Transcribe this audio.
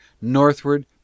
northward